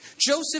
Joseph